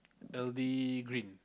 L_D Green